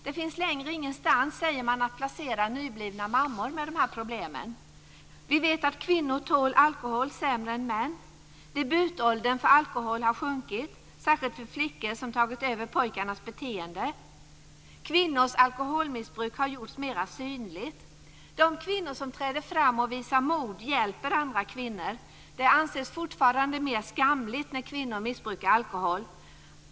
Det finns längre ingenstans, säger man, att placera nyblivna mammor med de här problemen. Vi vet att kvinnor tål alkohol sämre än män. Debutåldern för alkohol har sjunkit, särskilt för flickor som tagit över pojkarnas beteende. Kvinnors alkoholmissbruk har gjorts mera synligt. De kvinnor som träder fram och visar mod hjälper andra kvinnor. Det anses fortfarande mera skamligt när kvinnor missbrukar alkohol.